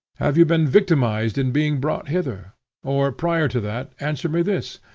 have you been victimized in being brought hither or, prior to that, answer me this,